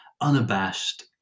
unabashed